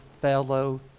fellow